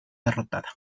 derrotada